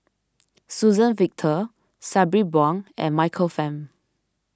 Suzann Victor Sabri Buang and Michael Fam